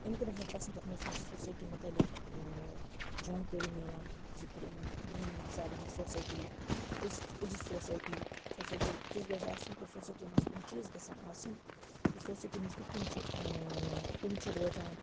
اَمہِ کِنۍ اوس مےٚ پسند تَتھ منٛز اوس مےٚ سوسایٹی مُتعلق جانکٲری ملان زِ بِرِ بِرہِمین حِسابن ہٕنٛز سوسایٹی تہٕ أز أزِچ سوسایٹی سوسایٹی کِس گَژھِ آسٕںۍ تہٕ سوسایٹی منٛز کٕم چیٖز گَژھن آسٕنۍ تہٕ سوسایٹی منٛز کِتھ کٔنۍ چھُ کٕم چھِ روزان